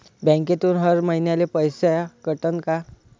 बँकेतून हर महिन्याले पैसा कटन का?